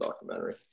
documentary